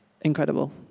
incredible